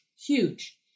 Huge